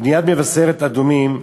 בניית מבשרת-אדומים,